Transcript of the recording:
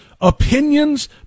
opinions